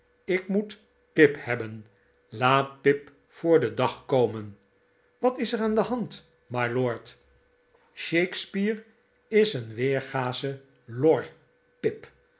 ik moet pip hebben laat pip voor den dag komen wat is er aan de hand mylord f shakespeare is een weergasche lor pip